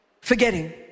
forgetting